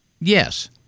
Yes